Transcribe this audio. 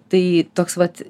tai toks vat